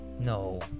no